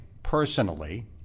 personally